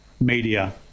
media